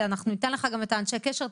אנחנו ניתן לך גם את אנשי הקשר,